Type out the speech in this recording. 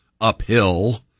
uphill